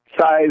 Size